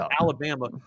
Alabama